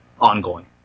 ongoing